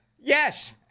Yes